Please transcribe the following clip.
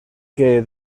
que